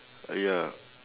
ah ya